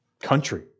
country